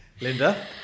Linda